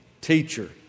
Teacher